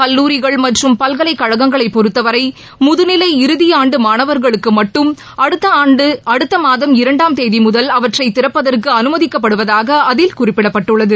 கல்லூரிகள் மற்றும் பல்கலைக்கழகங்களைப் பொறுத்தவரை முதுநிலை இறுதி ஆண்டு மாணவா்களுக்கு மட்டும் அடுத்த மாதம் இரண்டாம் தேதி முதல் அவற்றை திறப்பதற்கு அனுமதிக்கப்படுவதாக அதில் குறிப்பிடப்பட்டுள்ளது